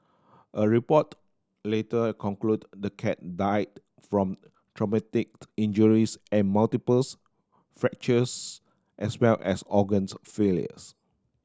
a report later concluded the cat died from traumatic injuries and multiple fractures as well as organs failures